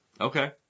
Okay